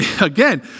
again